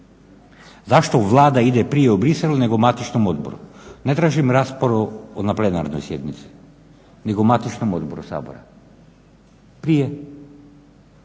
Zašto Vlada ide prije u Bruxelles nego matičnom odboru? Ne tražim raspravu na plenarnoj sjednici, nego matičnom odboru Sabora, prije